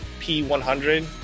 P100